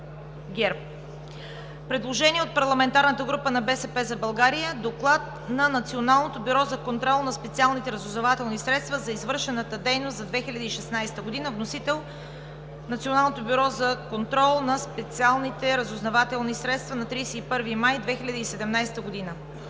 1. Предложение от парламентарната група на „БСП за България“ – Доклад на Националното бюро за контрол на специалните разузнавателни средства за извършената дейност за 2016 г., вносител Националното бюро за контрол на специалните разузнавателни средства на 31 май 2017 г.